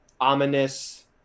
ominous